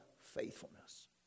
faithfulness